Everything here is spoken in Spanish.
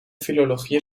filología